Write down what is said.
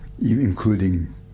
including